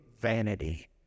vanity